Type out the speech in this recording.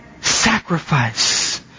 sacrifice